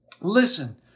Listen